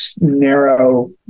narrow